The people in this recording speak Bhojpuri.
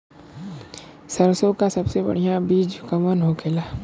सरसों का सबसे बढ़ियां बीज कवन होखेला?